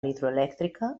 hidroelèctrica